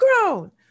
grown